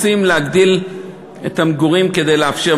רוצים להגדיל את המגורים כדי לאפשר,